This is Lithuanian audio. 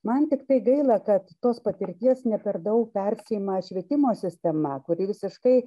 man tiktai gaila kad tos patirties ne per daug persiima švietimo sistema kuri visiškai